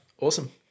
awesome